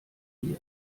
wir